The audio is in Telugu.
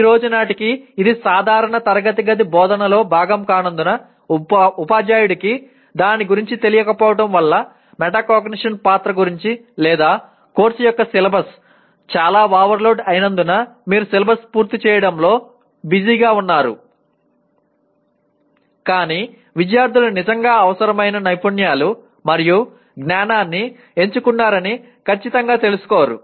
ఈ రోజు నాటికి ఇది సాధారణ తరగతి గది బోధనలో భాగం కానందున ఉపాధ్యాయుడికి దాని గురించి తెలియకపోవటం వల్ల మెటాకాగ్నిషన్ పాత్ర గురించి లేదా కోర్సు యొక్క సిలబస్ చాలా ఓవర్లోడ్ అయినందున మీరు సిలబస్ పూర్తి చేయడంలో బిజీగా ఉన్నారు కానీ విద్యార్థులు నిజంగా అవసరమైన నైపుణ్యాలు మరియు జ్ఞానాన్ని ఎంచుకున్నారని ఖచ్చితంగా తెలుసుకోరు